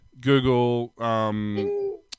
Google